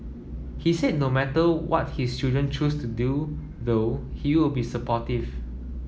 he said no matter what his children choose to do though he'll be supportive